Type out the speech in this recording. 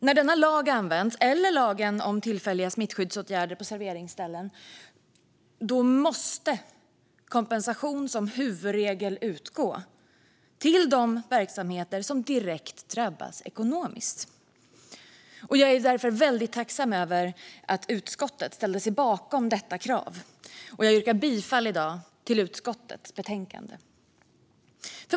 När denna lag eller lagen om tillfälliga smittskyddsåtgärder på serveringsställen används måste som huvudregel kompensation utgå till de verksamheter som direkt drabbas ekonomiskt. Jag är därför väldigt tacksam över att utskottet ställde sig bakom detta krav, och jag yrkar i dag bifall till utskottets förslag.